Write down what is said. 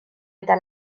eta